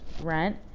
rent